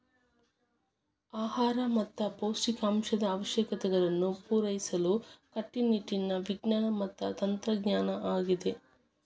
ಆಹಾರ ಮತ್ತ ಪೌಷ್ಟಿಕಾಂಶದ ಅವಶ್ಯಕತೆಗಳನ್ನು ಪೂರೈಸಲು ಕಟ್ಟುನಿಟ್ಟಿನ ವಿಜ್ಞಾನ ಮತ್ತ ತಂತ್ರಜ್ಞಾನ ಆಗಿದೆ